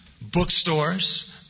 bookstores